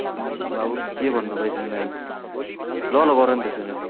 ल अब के भन्नु भाइ तिमीलाई ल ल गर न त्यसो हो भने